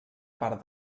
part